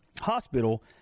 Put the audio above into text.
hospital